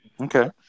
Okay